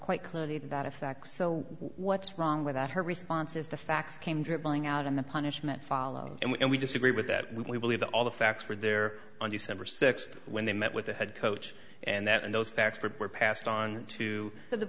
quite clearly that effects so what's wrong with that her response is the facts came dribbling out in the punishment follow and we disagree with that we believe that all the facts were there on december sixth when they met with the head coach and that and those facts were passed on to the